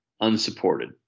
unsupported